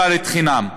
ד' חינם.